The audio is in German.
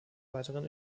weiteren